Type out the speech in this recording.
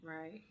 Right